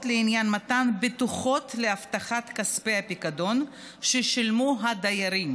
לעניין מתן בטוחות להבטחת כספי הפיקדון ששילמו הדיירים.